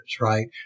right